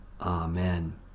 Amen